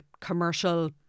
commercial